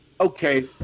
Okay